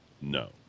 no